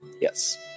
yes